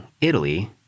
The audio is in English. Italy